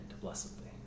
blessedly